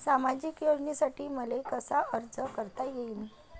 सामाजिक योजनेसाठी मले कसा अर्ज करता येईन?